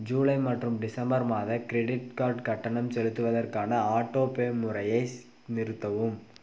ஜூலை மற்றும் டிசம்பர் மாத credit card கட்டணம் செலுத்துவதற்கான ஆட்டோபே முறையை நிறுத்தவும்